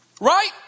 Right